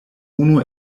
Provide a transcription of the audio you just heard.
unu